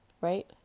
right